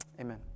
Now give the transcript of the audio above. Amen